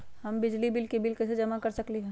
हम बिजली के बिल कईसे जमा कर सकली ह?